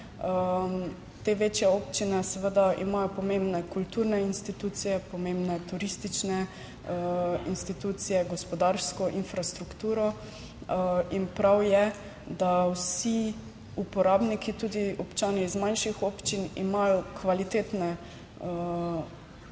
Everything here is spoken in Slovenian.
Te večje občine seveda imajo pomembne kulturne institucije, pomembne turistične institucije, gospodarsko infrastrukturo in prav je, da vsi uporabniki, tudi občani iz manjših občin, imajo kvalitetne,